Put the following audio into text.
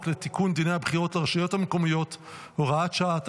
לתיקון דיני הבחירות לרשויות המקומיות (הוראת שעה),